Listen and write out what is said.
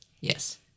Yes